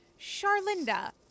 Charlinda